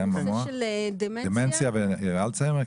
בנושא של דמנציה ואלצהיימר?